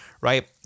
right